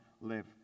live